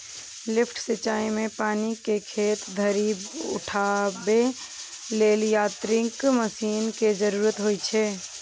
lift सिंचाइ मे पानि कें खेत धरि उठाबै लेल यांत्रिक मशीन के जरूरत होइ छै